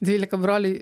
dvylika broliai